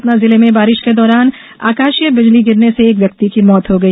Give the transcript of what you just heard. सतना जिले में बारिश के दौरान आकाशीय बिजली गिरने से एक व्यक्ति की मौत हो गई